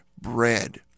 bread